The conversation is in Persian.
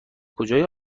کجای